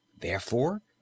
Therefore